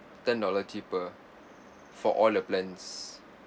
ten dollar cheaper for all the plans